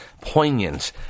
poignant